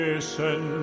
Listen